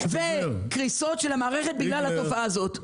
וקריסות של המערכת בגלל התופעה הזאת.